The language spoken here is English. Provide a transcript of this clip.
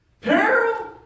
peril